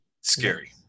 scary